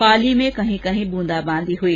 पाली में कहीं कहीं बूंदाबांधी हुई